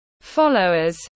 followers